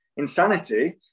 insanity